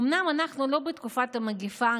אומנם אנחנו לא בתקופת המגפה,